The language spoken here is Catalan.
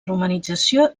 romanització